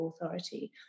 authority